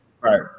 Right